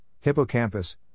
hippocampus